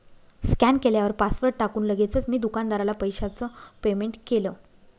scan केल्यावर password टाकून लगेचच मी दुकानदाराला पैशाचं पेमेंट केलं